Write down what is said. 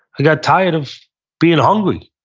i got tired of being hungry.